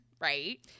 right